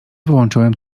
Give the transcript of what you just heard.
wyłączyłem